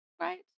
Right